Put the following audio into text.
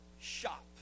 shop